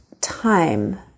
time